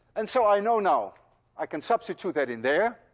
and so i know now i can substitute that in there,